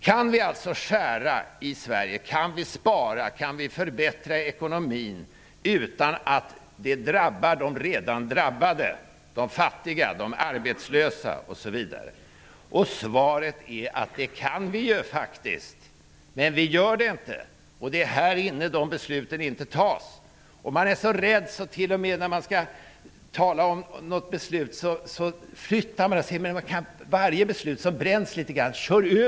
Kan vi skära ned i Sverige, spara och förbättra ekonomin utan att det drabbar de redan drabbade, de fattiga, de arbetslösa m.fl.? Svaret är att vi faktiskt kan göra det. Men vi gör det inte. Det är här inne som besluten inte fattas. Man är så rädd att man vill skjuta fram varje beslut som bränns litet grand.